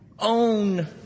own